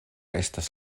estas